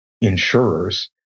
insurers